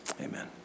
amen